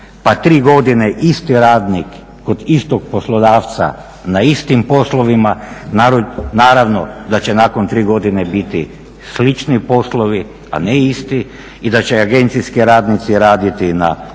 pa tri godine isti radnik kod istog poslodavca na istim poslovima. Naravno da će nakon tri godine biti slični poslovi, a ne isti i da će agencijski radnici raditi na sličnim